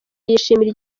yishimira